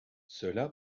cela